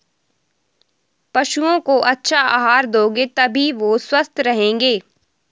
पशुओं को अच्छा आहार दोगे तभी वो स्वस्थ रहेंगे